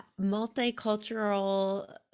Multicultural